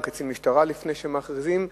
עם קצין משטרה לפני שמכריזים,